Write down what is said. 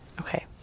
Okay